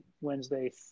wednesday